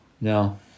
No